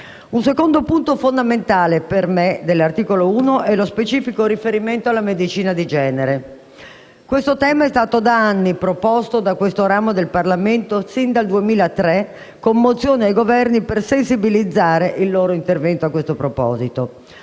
Un secondo punto fondamentale dell'articolo 1 è, per me, lo specifico riferimento alla medicina di genere. Il tema è stato proposto da questo ramo del Parlamento sin dal 2003, con mozioni ai Governi per sensibilizzare il loro intervento a questo proposito.